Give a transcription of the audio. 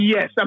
Yes